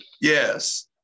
Yes